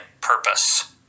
purpose